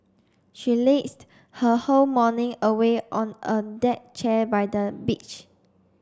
she lazed her whole morning away on a deck chair by the beach